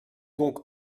donc